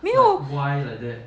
没有